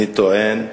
אני טוען,